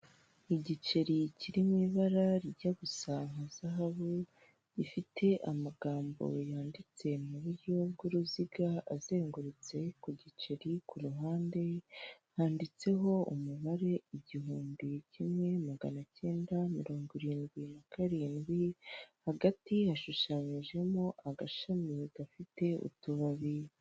Iri ni iguriro ryo mu mujyi wa Kigali ririmo amakaro asashe hasi imbere mu imbere harimo abantu, abakiriya ndetse n'abakozi baryo bakaba barimo barahererekanya ibicuruzwa.